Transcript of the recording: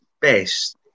best